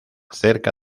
cerca